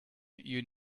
you